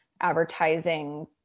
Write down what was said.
advertising